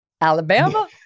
Alabama